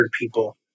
people